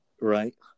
Right